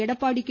Edappadi K